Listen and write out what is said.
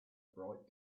bright